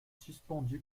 suspendu